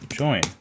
join